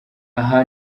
aha